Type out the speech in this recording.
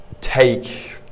take